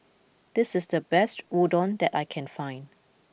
this is the best Udon that I can find